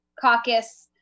Caucus